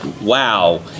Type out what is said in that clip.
wow